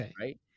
right